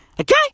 okay